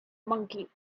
monkey